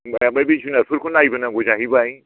होमब्ला बे जुनादफोरखौ नायबोनांगौ जाहैबाय